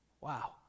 wow